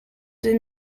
deux